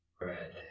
Red